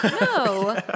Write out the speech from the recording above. No